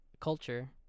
culture